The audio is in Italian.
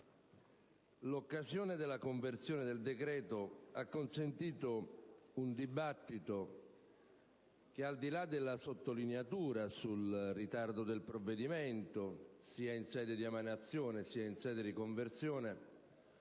l'occasione della conversione in legge del decreto ha consentito un dibattito che, al di là della sottolineatura sul ritardo del provvedimento, sia in sede di emanazione sia in sede di conversione,